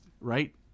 right